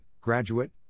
graduate